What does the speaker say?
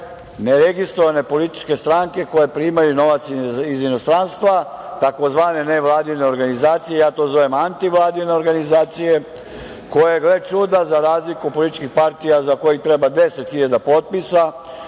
neregistrovane političke stranke koje primaju novac iz inostranstva, tzv. nevladine organizacije. Ja to zovem antivladine organizacije koje, gle čuda, za razliku od političkih partija za koje treba 10.000 potpisa,